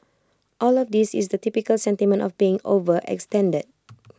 all of this is the typical sentiment of being overextended